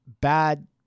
bad